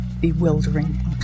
bewildering